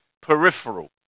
peripheral